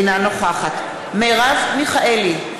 אינה נוכחת מרב מיכאלי,